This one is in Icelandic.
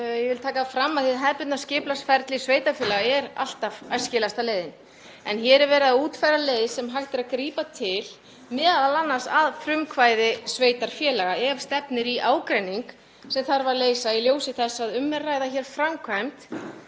Ég vil taka það fram að hið hefðbundna skipulagsferli sveitarfélaga er alltaf æskilegasta leiðin en hér er verið að útfæra leið sem hægt er að grípa til, m.a. að frumkvæði sveitarfélaga, ef stefnir í ágreining sem þarf að leysa í ljósi þess að um er að ræða framkvæmd